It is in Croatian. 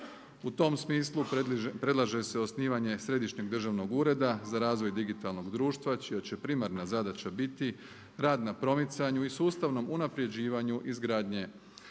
U tom smislu predlaže se osnivanje središnjeg Državnog ureda za razvoj digitalnog društva čija će primarna zadaća biti rad na promicanju i sustavnom unaprjeđivanju izgradnje